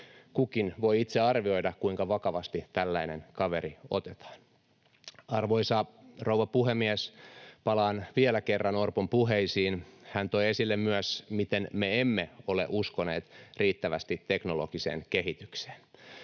Kukin voi itse arvioida, kuinka vakavasti tällainen kaveri otetaan. Arvoisa rouva puhemies! Palaan vielä kerran Orpon puheisiin. Hän toi esille myös, miten me emme ole uskoneet riittävästi teknologiseen kehitykseen.